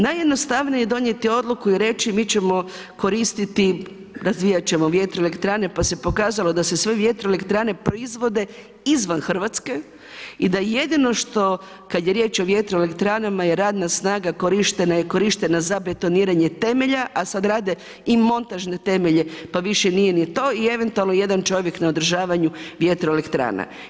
Najjednostavnije je donijeti odluku i reći mi ćemo koristiti, razvijati ćemo vjetroelektrane, pa se pokazalo da se sve vjetroelektrane proizvode izvan Hrvatske i da jedino što kad je riječ o vjetroelektranama i radna snaga korištena i korištena za betoniranje temelja, a sad rade i montažne temelje, pa više nije ni to i eventualno jedan čovjek na održavanju vjetoroelektrana.